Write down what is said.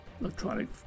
electronic